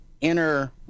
inner